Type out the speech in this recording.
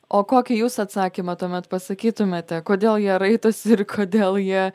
o kokį jūs atsakymą tuomet pasakytumėte kodėl jie raitosi ir kodėl jie